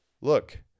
Look